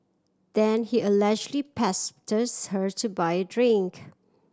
then he allegedly pestered her to buy a drink